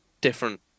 different